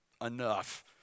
Enough